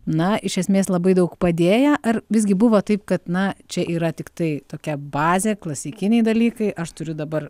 na iš esmės labai daug padėję ar visgi buvo taip kad na čia yra tiktai tokia bazė klasikiniai dalykai aš turiu dabar